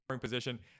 position